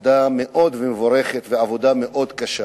עבודה מאוד מבורכת ועבודה מאוד קשה.